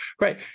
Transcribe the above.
Right